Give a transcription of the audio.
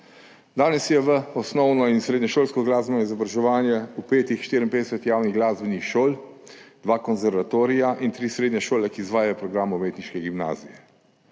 Danes je v osnovno- in srednješolsko glasbeno izobraževanje vpetih 54 javnih glasbenih šol, dva konservatorija in tri srednje šole, ki izvajajo program umetniške gimnazije.